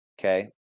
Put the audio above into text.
okay